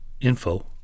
info